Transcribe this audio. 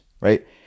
right